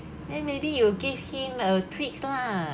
then maybe you give him a treats lah